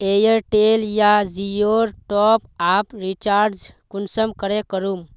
Airtel या जियोर top up recharge कुंसम करे करूम?